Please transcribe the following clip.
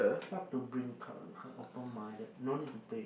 what to bring open minded no need to pay